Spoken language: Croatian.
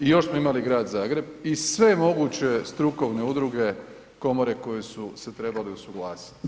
I još smo imali grad Zagreb i sve moguće strukovne udruge, komore koje su se trebale usuglasiti.